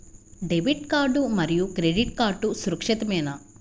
Debit card మరియు credit card సురక్షితమేనా?